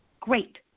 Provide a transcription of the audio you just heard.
great